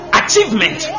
achievement